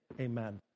amen